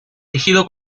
tejido